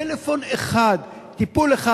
טלפון אחד, טיפול אחד.